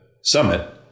summit